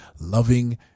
loving